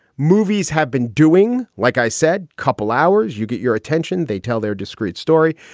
movies have been doing. like i said, couple hours, you get your attention. they tell their discrete story.